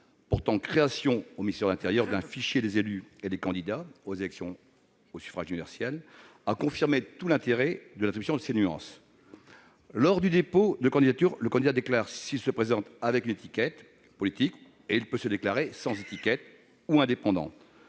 portant création au ministère de l'intérieur d'un fichier des élus et des candidats aux élections au suffrage universel, a confirmé tout l'intérêt de l'attribution de ces nuances. Lors du dépôt de candidature, le candidat déclare s'il se présente avec une étiquette politique ; il peut aussi se déclarer « sans étiquette » ou « indépendant